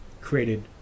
created